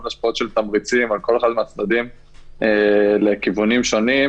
השפעות של תמריצים על כל אחד מהצדדים לכיוונים שונים,